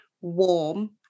warm